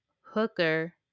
Hooker